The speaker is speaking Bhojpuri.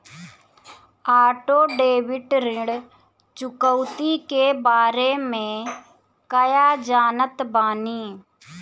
ऑटो डेबिट ऋण चुकौती के बारे में कया जानत बानी?